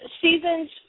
seasons